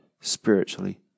spiritually